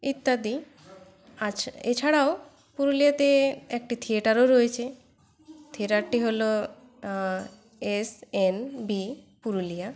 ইত্যাদি আছে এছাড়াও পুরুলিয়াতে একটি থিয়েটারও রয়েছে থিয়েটারটি হল এসএনবি পুরুলিয়া